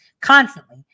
constantly